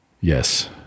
yes